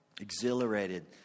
Exhilarated